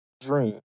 dream